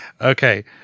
Okay